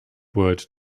word